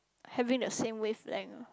having the same wavelength ah